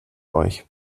euch